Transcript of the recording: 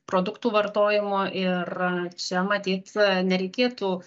produktų vartojimo ir čia matyt nereikėtų